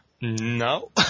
No